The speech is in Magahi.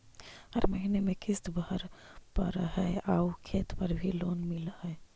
हर महीने में किस्त भरेपरहै आउ खेत पर भी लोन मिल है?